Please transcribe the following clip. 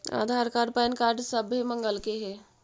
आधार card PAN card सभे मगलके हे?